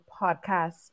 podcast